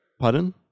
Pardon